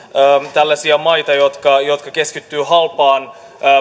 tällaisia maita jotka keskittyvät halpaan